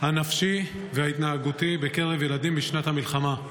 הנפשי וההתנהגותי בקרב ילדים בשנת המלחמה.